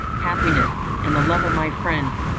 happiness, and the love of my friends,